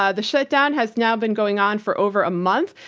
ah the shutdown has now been going on for over a month,